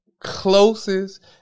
closest